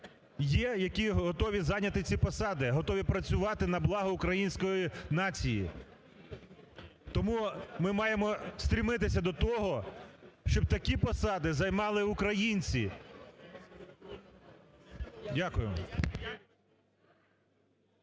є, які готові зайняти ці посади, готові працювати на благо української нації. Тому ми маємо прагнути до того, щоб такі посади займали українці. Дякую.